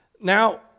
Now